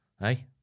hey